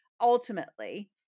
ultimately